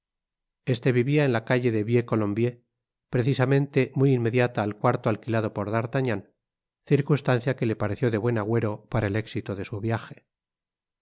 este vivia en la calle de vieux colombier precisamente muy inmediata al cuarto alquilado por d'artagnan circunstancia que le pareció de buen agüero para el éxito de su viaje